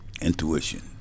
Intuition